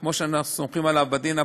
כמו שאנחנו סומכים עליו בדין הפלילי,